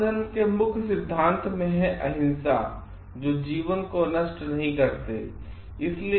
बौद्ध धर्म के मुख्य सिद्धांत में प्रमुख हैं अहिंसा जो जीवन को नष्ट नहीं करते हैं